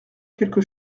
quelque